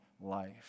life